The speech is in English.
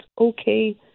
okay